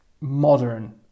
modern